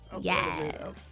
Yes